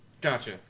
Gotcha